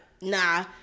nah